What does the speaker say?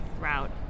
route